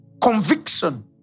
conviction